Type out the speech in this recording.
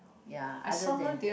ya other then